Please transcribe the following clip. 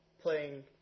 playing